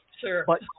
Sure